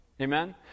Amen